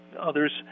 others